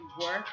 work